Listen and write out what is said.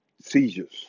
seizures